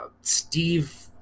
Steve